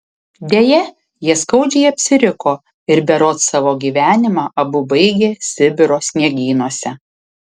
deja jie skaudžiai apsiriko ir berods savo gyvenimą abu baigė sibiro sniegynuose